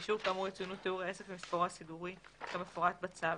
באישור כאמור יצוינו תיאור העסק ומספרו הסידורי כמפורט בצו.